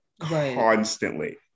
constantly